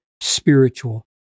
spiritual